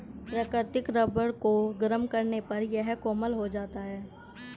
प्राकृतिक रबर को गरम करने पर यह कोमल हो जाता है